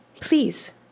please